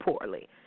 poorly